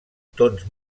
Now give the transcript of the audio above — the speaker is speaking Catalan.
tons